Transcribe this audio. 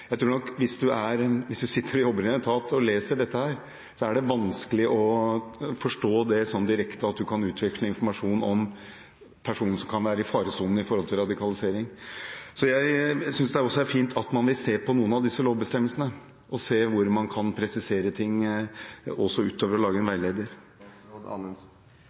Jeg tror nok at hvis man sitter og jobber i en etat og leser dette, er det vanskelig å forstå det direkte som at man kan utveksle informasjon om personer som kan være i faresonen for radikalisering. Så jeg synes det er fint at man vil se på noen av disse lovbestemmelsene og se hvor man kan presisere ting, også utover å lage en veileder.